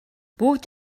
бүгд